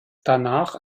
danach